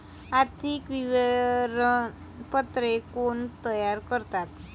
आर्थिक विवरणपत्रे कोण तयार करतात?